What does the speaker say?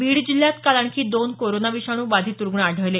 बीड जिल्ह्यात काल आणखी दोन कोरोना विषाणू बाधित रुग्ण आढळले